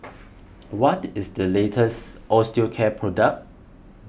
what is the latest Osteocare product